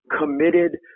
committed